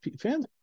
fans